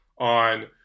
On